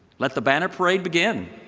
let the banner parade begin!